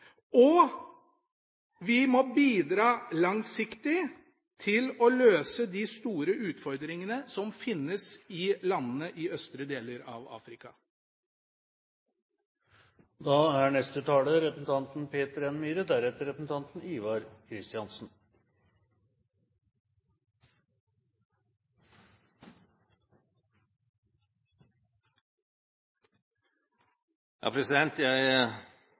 og vi må bidra langsiktig til å løse de store utfordringene som finnes i landene i østre deler av Afrika. Jeg ba relativt nylig om ordet. Inntil de to siste talerne holdt sine innlegg, tenkte jeg som så at nå er